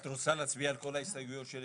את רוצה להצביע על כל ההסתייגויות של יש עתיד יחד?